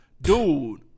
Dude